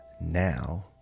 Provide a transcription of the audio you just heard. now